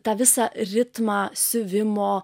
tą visą ritmą siuvimo